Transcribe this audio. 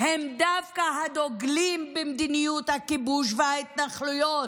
הם דווקא הדוגלים במדיניות הכיבוש וההתנחלויות,